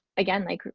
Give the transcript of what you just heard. again, like,